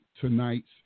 tonight's